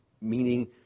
meaning